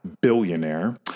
billionaire